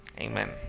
Amen